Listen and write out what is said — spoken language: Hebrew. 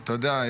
--- אתה יודע,